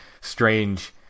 strange